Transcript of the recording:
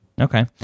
Okay